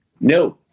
No